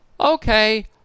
Okay